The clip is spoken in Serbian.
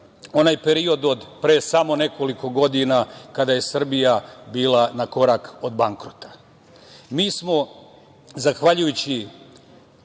onaj period od pre samo nekoliko godina kada je Srbija bila na korak od bankrota. Mi smo zahvaljujući